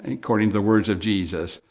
according to the words of jesus.